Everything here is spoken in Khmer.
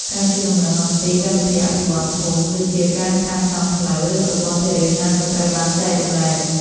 ការជូនដំណឹងអំពី កម្មវិធីអភិវឌ្ឍន៍ភូមិ ដូចជាការសាងសង់ផ្លូវ ឬប្រព័ន្ធធារាសាស្រ្តក៏ត្រូវបានចែករំលែក។